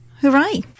hooray